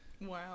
wow